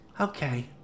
Okay